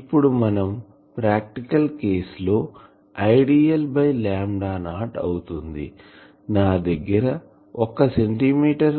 ఇప్పుడు మనం practical cases లో Idl బై లాంబ్డా నాట్ అవుతుంది నా దగ్గర ఒక సెంటీమీటర్